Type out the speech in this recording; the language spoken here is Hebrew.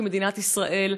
כמדינת ישראל,